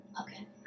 Okay